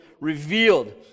revealed